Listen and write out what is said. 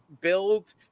build